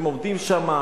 הם עומדים שמה,